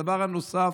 הדבר הנוסף,